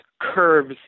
curves